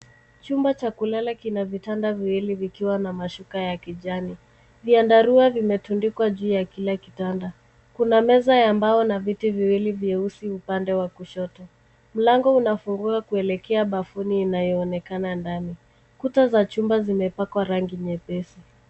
Chumba cha kulala kina vitanda viwili vikiwa na mashuka ya kijani. Vyandarua vimetundikwa juu ya kila kitanda. Kuna meza ya mbao na viti viwili vyeusi upande wa kushoto. Mlango unafunguka kuelekea bafuni inayoonekana ndani. Kuta za chumba zimepakwa rangi nyepesi.